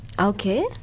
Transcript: Okay